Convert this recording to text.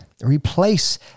replace